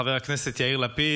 חבר הכנסת יאיר לפיד,